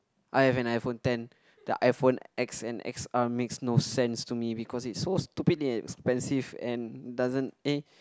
I've an iPhone ten the iPhone X and X_R makes no sense to me because it's so stupidly expensive and it doesn't eh